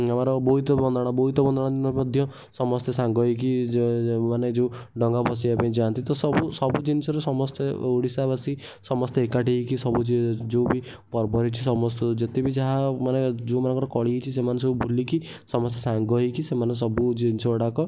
ଆମର ବୋଇତ ବନ୍ଦାଣ ବୋଇତ ବନ୍ଦାଣ ଦିନ ମଧ୍ୟ ସମସ୍ତେ ସାଙ୍ଗ ହେଇକି ମାନେ ଯେଉଁ ଡଙ୍ଗା ଭସାଇବା ପାଇଁ ଯାଆନ୍ତି ତ ସବୁ ସବୁ ଜିନିଷର ସମସ୍ତେ ଓଡ଼ିଶାବାସୀ ସମସ୍ତେ ଏକାଠି ହେଇକି ସବୁ ଯିଏ ଯେଉଁ ବି ପର୍ବ ହେଇଛି ସମସ୍ତକୁ ଯେତେ ବି ଯାହା ମାନେ ଯେଉଁମାନଙ୍କର କଳି ହେଇଛି ସେମାନେ ସବୁ ଭୁଲିକି ସମସ୍ତେ ସାଙ୍ଗ ହେଇକି ସେମାନେ ସବୁ ଜିନିଷ ଗୁଡ଼ାକ